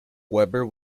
weber